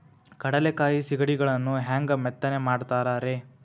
ಕಡಲೆಕಾಯಿ ಸಿಗಡಿಗಳನ್ನು ಹ್ಯಾಂಗ ಮೆತ್ತನೆ ಮಾಡ್ತಾರ ರೇ?